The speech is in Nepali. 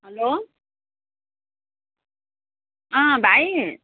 हेलो अँ भाइ